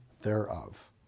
thereof